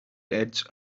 edge